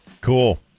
Cool